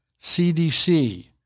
CDC